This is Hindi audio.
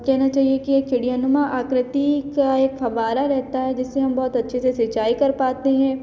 कहना चाहिए कि एक फुडीनुमा आकृति का एक और फव्वारा रहता है जिससे हम बहुत अच्छे से सिंचाई कर पाते हैं